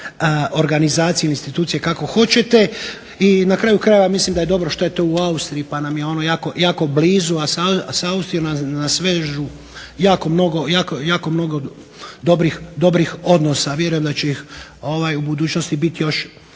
organizacije ili institucije kako hoćete. I na kraju krajeva mislim da je dobro što je to u Austriji pa nam je ono jako blizu, a s Austrijom nas vežu jako mnogo dobrih odnosa. Vjerujem da će ih u budućnosti biti još